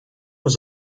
was